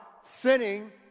Sinning